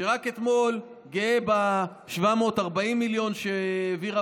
שרק מאתמול גאה ב-740 מיליון שהעבירה